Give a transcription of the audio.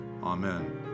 Amen